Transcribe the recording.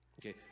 okay